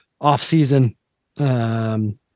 off-season